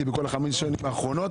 בבית מלון בכל חמש השנים האחרונות,